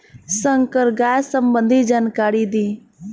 संकर गाय संबंधी जानकारी दी?